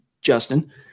Justin